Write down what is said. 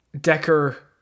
Decker